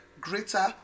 greater